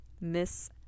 Miss